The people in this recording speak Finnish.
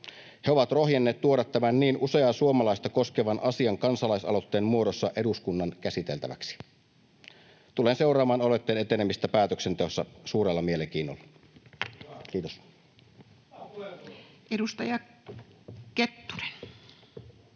He ovat rohjenneet tuoda tämän niin useaa suomalaista koskevan asian kansalaisaloitteen muodossa eduskunnan käsiteltäväksi. Tulen seuraamaan aloitteen etenemistä päätöksenteossa suurella mielenkiinnolla. — Kiitos. [Pekka Aittakumpu: